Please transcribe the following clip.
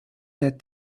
that